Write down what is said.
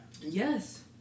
Yes